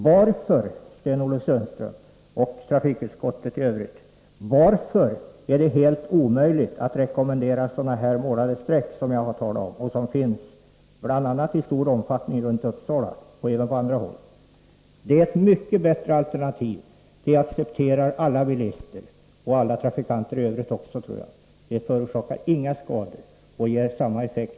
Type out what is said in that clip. Varför, Sten-Ove Sundström och trafikutskottet i övrigt, är det helt omöjligt att rekommendera målade streck, som jag har talat om och som finns i stor omfattning bl.a. i Uppsala och även på andra håll? Det är ett mycket bättre alternativ. Det accepterar alla bilister — och alla trafikanter i Övrigt, tror jag. Det förorsakar inga skador och ger samma effekt.